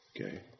Okay